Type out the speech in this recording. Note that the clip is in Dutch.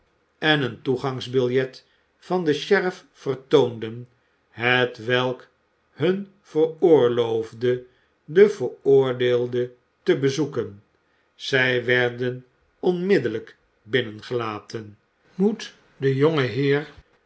en een toegangbiljet van den sherif vertoonden hetwelk hun veroorloofde den veroordeelde te bezoeken zij werden onmiddellijk binnengelaten moet de